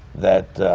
that